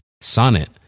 Sonnet